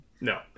No